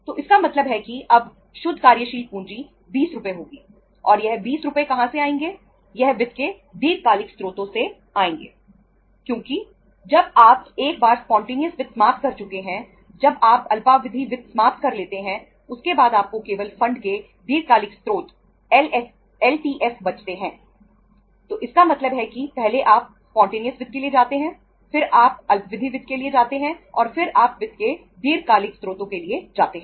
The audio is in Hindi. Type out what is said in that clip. तो इसका मतलब है कि अब नेट वर्किंग कैपिटल वित्त के लिए जाते हैं फिर आप अल्पावधि वित्त के लिए जाते हैं और फिर आप वित्त के दीर्घकालिक स्रोतों के लिए जाते हैं